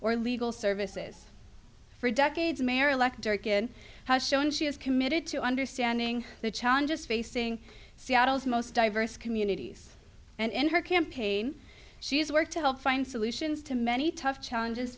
or legal services for decades marilyn durkin has shown she is committed to understanding the challenges facing seattle's most diverse communities and in her campaign she has worked to help find solutions to many tough challenges